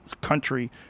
country